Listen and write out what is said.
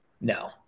No